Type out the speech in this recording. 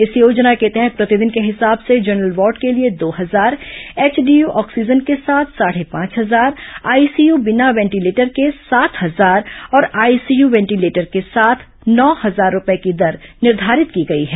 इस योजना के तहत प्रतिदिन के हिसाब से जनरल वार्ड के लिए दो हजार एचडीयू ऑक्सीजन के साथ साढ़े पांच हजार आईसीयू बिना वेंटीलेटर के सात हजार और आईसीयू वेंटीलेटर के साथ नौ हजार रूपये की दर निर्धारित की गई है